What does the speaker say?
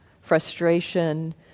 frustration